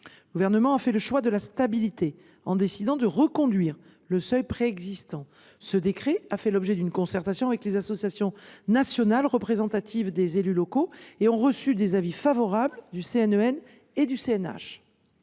Le Gouvernement a fait le choix de la stabilité en décidant de reconduire le seuil préexistant. Ce décret a fait l’objet d’une concertation avec les associations nationales représentatives des élus locaux et a reçu des avis favorables du Conseil